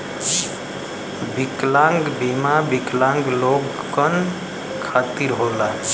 विकलांग बीमा विकलांग लोगन खतिर होला